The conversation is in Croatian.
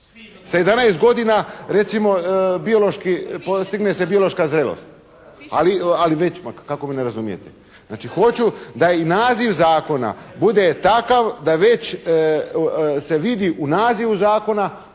Sa 11 godina recimo biološki, postigne se biološka zrelost. Ali već… …/Upadica se ne razumije./… Kako me ne razumijete? Znači hoću da i naziv zakona bude takav da već se vidi u nazivu zakona